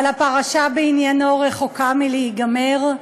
אבל הפרשה בעניינו רחוקה מלהיגמר,